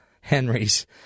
Henry's